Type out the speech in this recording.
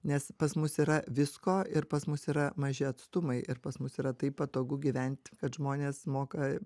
nes pas mus yra visko ir pas mus yra maži atstumai ir pas mus yra taip patogu gyventi kad žmonės moka